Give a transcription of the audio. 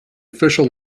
official